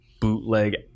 bootleg